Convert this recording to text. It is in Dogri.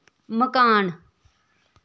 मकान